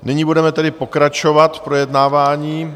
Nyní budeme tedy pokračovat v projednávání.